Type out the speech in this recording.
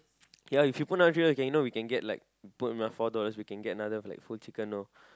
yeah if you put another three dollars we can get like put another four dollars we can get another full chicken orh